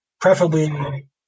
Preferably